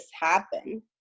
happen